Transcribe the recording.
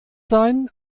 sein